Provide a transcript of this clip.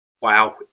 wow